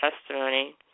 testimony